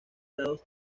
lados